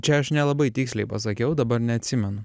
čia aš nelabai tiksliai pasakiau dabar neatsimenu